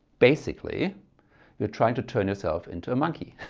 basically you're trying to turn yourself into a monkey